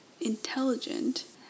intelligent